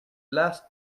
last